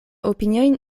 opinioj